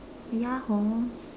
ya hor